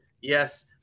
yes